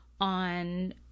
on